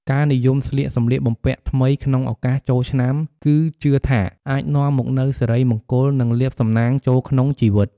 ការនិយមស្លៀកសម្លៀកបំពាក់ថ្មីក្នុងឱកាសចូលឆ្នាំ គឺជឿថាអាចនាំមកនូវសិរីមង្គល និងលាភសំណាងចូលក្នុងជីវិត។